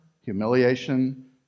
humiliation